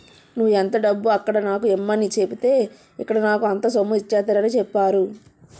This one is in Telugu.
నువ్వు ఎంత డబ్బు అక్కడ నాకు ఇమ్మని సెప్పితే ఇక్కడ నాకు అంత సొమ్ము ఇచ్చేత్తారని చెప్పేరు